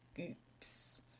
oops